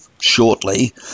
shortly